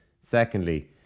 Secondly